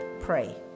pray